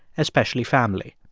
especially family.